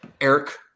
Eric